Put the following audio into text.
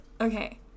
Okay